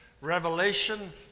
Revelation